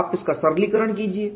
आप इसका सरलीकरण कीजिए